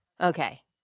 Okay